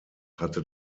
hatte